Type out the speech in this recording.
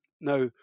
Now